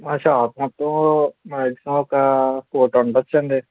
మా షాప్ మొత్తం మ్యాక్సిమమ్ ఒక కోటి ఉండ వచ్చండి